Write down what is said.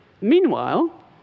meanwhile